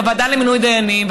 בוועדה למינוי דיינים,